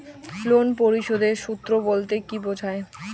Loan পরিশোধের সূএ বলতে কি বোঝায়?